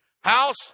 House